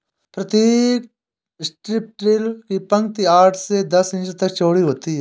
प्रतीक strip till की पंक्ति आठ से दस इंच तक चौड़ी होती है